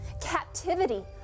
captivity